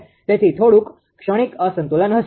તેથી થોડુક ક્ષણિક અસંતુલન હશે